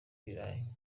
ibirayi